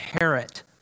inherit